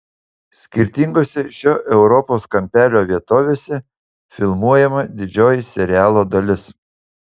skirtingose šio europos kampelio vietovėse filmuojama didžioji serialo dalis